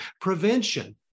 prevention